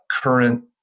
current